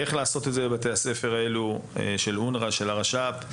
איך לעשות את זה בבתי הספר של אונר"א ושל הרש"פ?